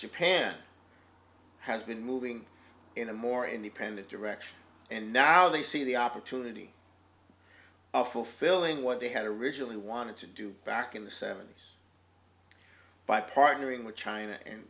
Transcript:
japan has been moving in a more independent direction and now they see the opportunity of fulfilling what they had originally wanted to do back in the seventy's by partnering with china and